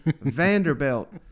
Vanderbilt